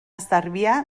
cervià